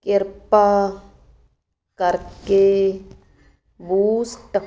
ਕਿਰਪਾ ਕਰਕੇ ਬੂਸਟ